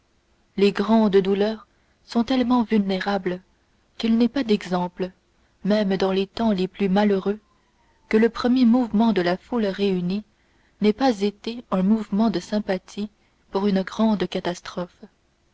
les grandes douleurs sont tellement vénérables qu'il n'est pas d'exemple même dans les temps les plus malheureux que le premier mouvement de la foule réunie n'ait pas été un mouvement de sympathie pour une grande catastrophe